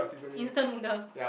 instant noodle